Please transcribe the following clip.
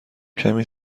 کمی